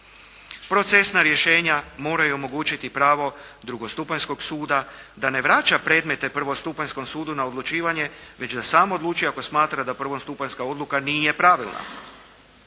Procesna rješenja moraju omogućiti pravo drugostupanjskog suda da ne vraća predmete prvostupanjskom sudu na odlučivanje, već da sam odlučuje ako smatra da prvostupanjska odluka nije pravilna.